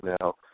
now